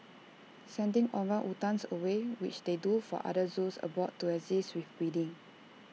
sending orangutans away which they do for other zoos abroad to assist with breeding